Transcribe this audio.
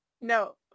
no